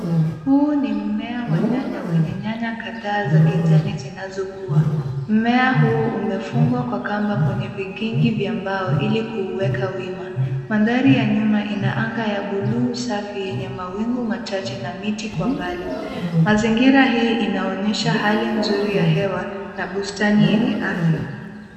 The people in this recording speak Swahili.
Huu ni mmea wa nyanya wenye nyanya kadhaa za kijani zinazokua. Mmea huu umefungua kwa kamba kwenye vikingi vya mbao ili kuiweka wima. Mandhari ya nyuma ina anga ya bluu safi enye mawingu macheche na miti kwa mbali. Mazingira hii inaonesha hali nzuri ya hewa na bustani yenye afya.